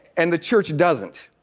and the church doesn't?